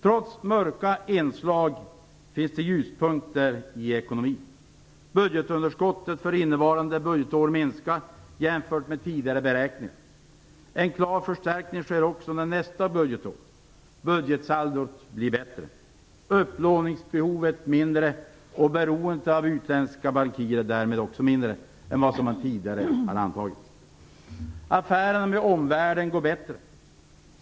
Trots mörka inslag finns det ljuspunkter i ekonomin. Budgetunderskottet för innevarande budgetår minskar jämfört med tidigare beräkningar. En klar förstärkning sker också under nästa budgetår. Budgetsaldot blir bättre, upplåningsbehovet blir mindre och beroendet av utländska bankirer blir därmed också mindre än vad som tidigare har antagits. Affärerna med omvärlden går bättre.